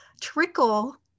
trickle